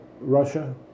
Russia